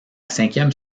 cinquième